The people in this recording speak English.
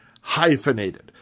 hyphenated